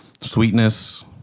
sweetness